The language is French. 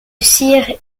sicile